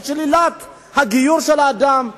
או את שלילת הגיור של אדם,